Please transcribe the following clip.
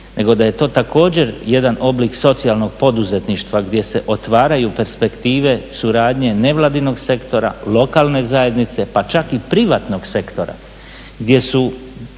nego da je to također jedan oblik socijalnog poduzetništva gdje se otvaraju perspektive suradnje nevladinog sektora, lokalne zajednice pa čak i privatnog sektora gdje su